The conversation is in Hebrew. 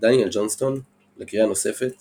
דניאל ג'ונסטון לקריאה נוספת